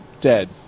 dead